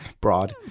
broad